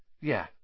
Yeah